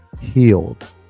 healed